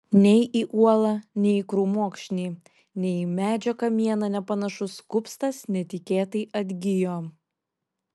nei į uolą nei į krūmokšnį nei į medžio kamieną nepanašus kupstas netikėtai atgijo